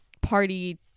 party